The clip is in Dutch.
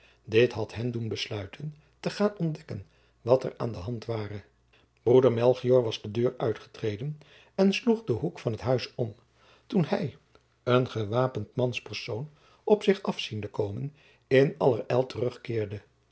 dit had hen doen besluiten te gaan ontdekken wat er aan de hand ware broeder melchior was de deur uitgetreden en sloeg den hoek van het huis om toen hij een gewapend manspersoon op zich af ziende komen in allerijl terugkeerde